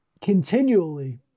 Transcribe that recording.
continually